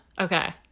Okay